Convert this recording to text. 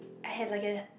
I had like a